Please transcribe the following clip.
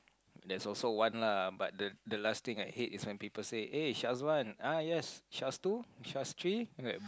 there's also one lah but the the last thing I hate is when people say eh Syazwan ah yes Syaz two Syaz three